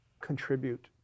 contribute